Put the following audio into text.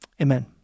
Amen